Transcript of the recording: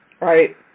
Right